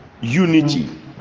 unity